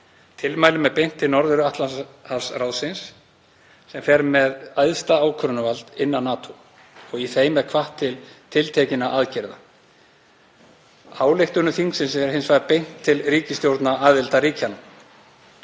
Tilmælum er beint til Norður-Atlantshafsráðsins, sem fer með æðsta ákvörðunarvald innan NATO, og í þeim er hvatt til tiltekinna aðgerða. Ályktunum þingsins er hins vegar beint til ríkisstjórna aðildarríkjanna.